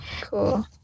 cool